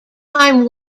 time